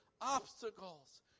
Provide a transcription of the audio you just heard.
obstacles